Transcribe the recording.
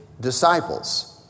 disciples